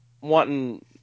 wanting